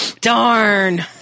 darn